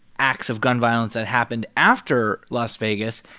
acts of gun violence that happened after las vegas.